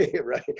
right